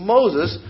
Moses